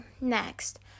next